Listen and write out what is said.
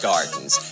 Gardens